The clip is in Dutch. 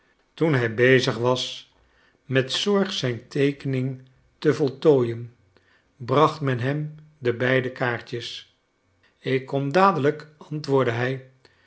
toen hij bezig was met zorg zijn teekening te voltooien bracht men hem de beide kaartjes ik kom dadelijk antwoordde hij